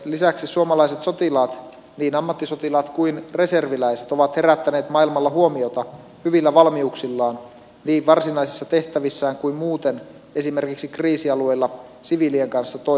lisäksi suomalaiset sotilaat niin ammattisotilaat kuin reserviläiset ovat herättäneet maailmalla huomiota hyvillä valmiuksillaan niin varsinaisissa tehtävissään kuin muuten esimerkiksi kriisialueilla siviilien kanssa toimittaessa